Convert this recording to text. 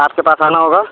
آپ کے پاس آنا ہوگا